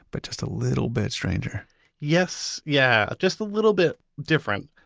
but just a little bit stranger yes. yeah, just a little bit different.